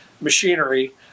machinery